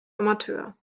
amateur